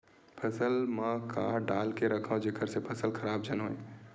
फसल म का डाल के रखव जेखर से फसल खराब झन हो?